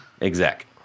Exact